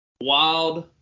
wild